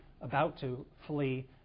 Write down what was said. about-to-flee